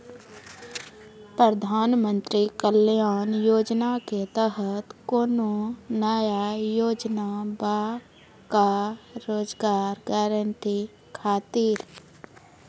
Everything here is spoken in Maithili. प्रधानमंत्री कल्याण योजना के तहत कोनो नया योजना बा का रोजगार गारंटी खातिर?